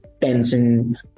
tension